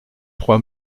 trois